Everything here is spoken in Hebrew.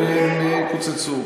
הם לא נעלמו, הם קוצצו.